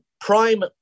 prime